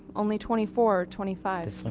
only twenty four or twenty five so and